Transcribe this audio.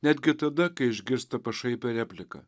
netgi tada kai išgirsta pašaipią repliką